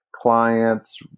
clients